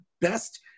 best